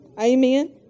Amen